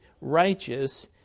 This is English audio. righteous